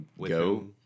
go